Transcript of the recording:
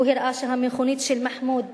הוא הראה שהמכונית של מחמוד